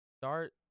Start